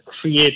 create